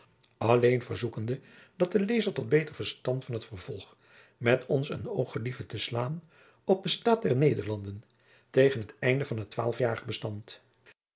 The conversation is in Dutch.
alleen verzoekende dat de lezer tot beter verstand van het vervolg met ons een oog gelieve te slaan op den staat der nederlanden tegen het einde van het twaalfjarig bestand